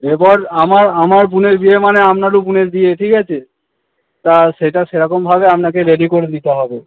এবার আমার আমার বোনের বিয়ে মানে আপনারও বোনের বিয়ে ঠিক আছে তা সেটা সেরকমভাবে আপনাকে রেডি করে দিতে হবে